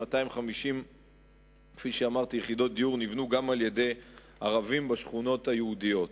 250 יחידות דיור נבנו גם על-ידי ערבים בשכונות היהודיות,